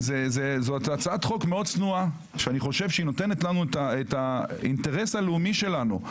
זו הצעת חוק צנועה מאוד שאני חושב שנותנת לנו את האינטרס הלאומי שלנו.